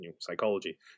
psychology